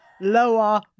Lower